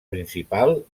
principal